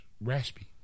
raspy